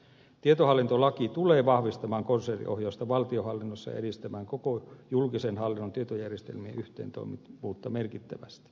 tietohallintolaki tulee vahvistamaan konserniohjausta valtionhallinnossa ja edistämään koko julkisen hallinnon tietojärjestelmien yhteensopivuutta merkittävästi